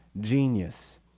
genius